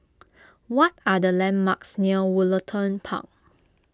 what are the landmarks near Woollerton Park